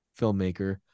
filmmaker